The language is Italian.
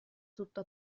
tutto